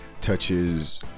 touches